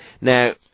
Now